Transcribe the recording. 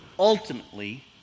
ultimately